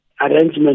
arrangement